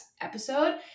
episode